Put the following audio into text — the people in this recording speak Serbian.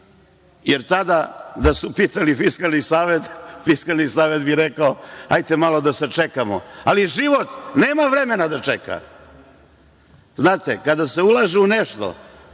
jer tada da su pitali Fiskalni savet, Fiskalni savet bi rekao – hajte malo da sačekamo. Ali život nema vremena da čeka. Znate, kada se ulaže u nešto